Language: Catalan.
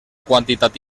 quantitat